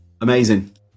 Amazing